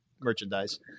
merchandise